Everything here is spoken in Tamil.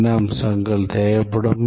என்ன அம்சங்கள் தேவைப்படும்